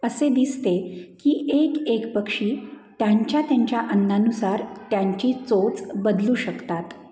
असे दिसते की एक एक पक्षी त्यांच्या त्यांच्या अन्नानुसार त्यांची चोच बदलू शकतात